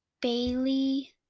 Bailey